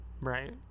Right